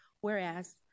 whereas